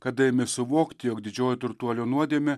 kada imi suvokti jog didžioji turtuolio nuodėmė